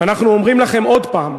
אנחנו אומרים לכם עוד הפעם: